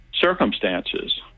circumstances